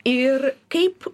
ir kaip